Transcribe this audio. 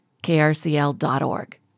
krcl.org